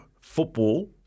football